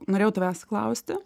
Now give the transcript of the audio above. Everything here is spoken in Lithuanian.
norėjau tavęs klausti